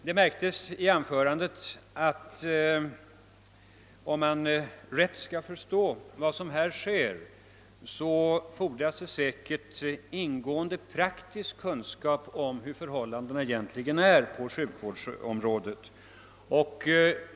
Det märktes av hans anförande att man för att rätt kunna förstå vad som nu sker måste ha en ingående praktisk kunskap om hur förhållandena egentligen ter sig på sjukvårdsområdet.